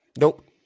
Nope